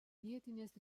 vietinės